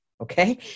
Okay